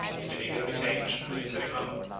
in the vigor of his age and military power,